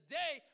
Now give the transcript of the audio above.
day